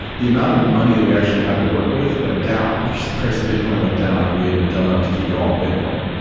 the amount of money that we actually had to work with went down, because the price of bitcoin went down and we had been dumb enough to keep it all on bitcoin.